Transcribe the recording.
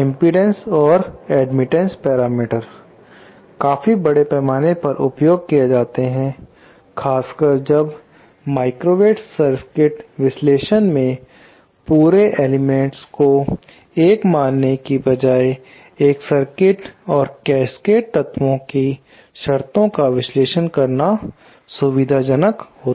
impedance या admittance parameter काफी बड़े पैमाने पर उपयोग किए जाते हैं खासकर जब माइक्रोवेव सर्किट विश्लेषण में पूरे एलिमेंट्स को एक मानने के बजाय एक सर्किट और कैस्केड तत्वों की शर्तों का विश्लेषण करना सुविधाजनक होता है